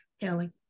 Kelly